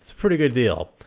pretty good deal.